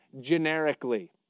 generically